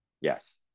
Yes